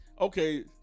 Okay